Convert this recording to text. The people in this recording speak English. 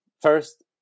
first